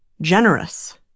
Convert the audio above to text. generous